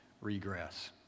regress